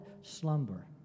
slumber